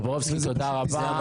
טופורובסקי, תודה רבה.